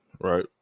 right